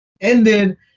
ended